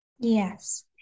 Yes